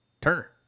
Turner